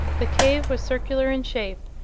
the cave was circular in shape,